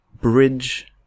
bridge